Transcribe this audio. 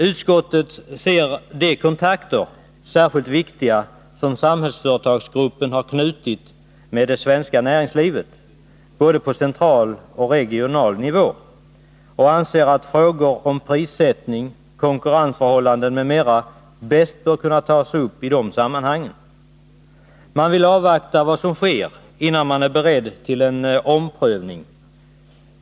Utskottet ser de kontakter särskilt viktiga som Samhällsföretagsgruppen har knutit med det svenska näringslivet på både central och regional nivå och anser att frågor om prissättning, konkurrensförhållanden m.m. bäst bör kunna tas upp i dessa sammanhang. Man vill avvakta vad som sker innan man är beredd till en omprövning.